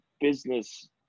business